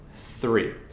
three